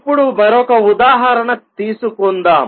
ఇప్పుడు మరొక ఉదాహరణ తీసుకుందాం